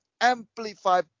amplify